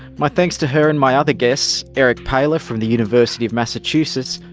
my thanks to her and my other guests, eric phoeler from the university of massachusetts,